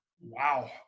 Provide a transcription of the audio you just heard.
wow